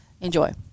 Enjoy